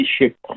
leadership